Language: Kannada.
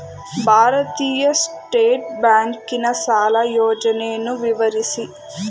ಭಾರತೀಯ ಸ್ಟೇಟ್ ಬ್ಯಾಂಕಿನ ಸಾಲ ಯೋಜನೆಯನ್ನು ವಿವರಿಸಿ?